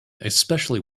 especially